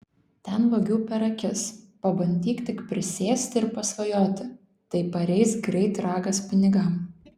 ten vagių per akis pabandyk tik prisėsti ir pasvajoti tai pareis greit ragas pinigam